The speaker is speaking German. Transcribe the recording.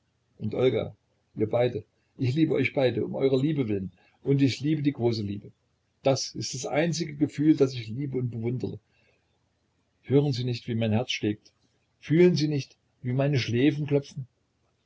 und olga ihr beide ich liebe euch beide um eurer liebe willen und ich liebe die große liebe das ist das einzige gefühl das ich liebe und bewundere hören sie nicht wie mein herz schlägt fühlen sie nicht wie meine schläfen klopfen